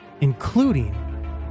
including